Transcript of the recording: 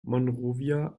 monrovia